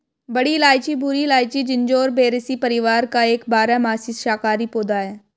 बड़ी इलायची भूरी इलायची, जिंजिबेरेसी परिवार का एक बारहमासी शाकाहारी पौधा है